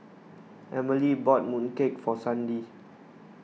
Emilee bought mooncake for Sandi